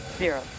zero